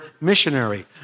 missionary